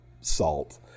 salt